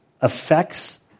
affects